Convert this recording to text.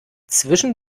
zwischen